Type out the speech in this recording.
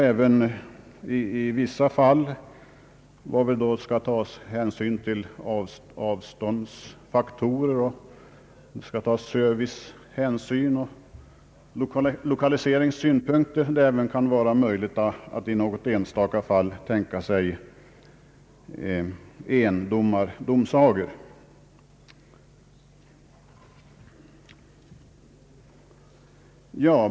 I enstaka fall, varvid hänsyn skall tas till avståndsfaktorer samt serviceoch lokaliseringssynpunkter, bör det även vara möjligt att behålla endomardomsaga.